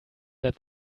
that